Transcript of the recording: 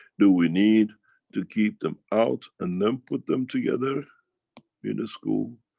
do we need to keep them out and then put them together in the school?